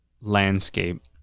landscape